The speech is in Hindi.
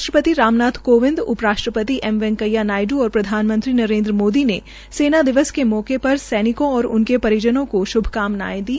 राष्ट्रपति रामनाथ काविंद उप राष्ट्रपति एम वैंकेया नाडयू और प्रधानमंत्री नरेन्द्र माद्दी ने सेना दिवस के मौके पर सैनिकों और उनके परिजनों का श्भकामनाये दी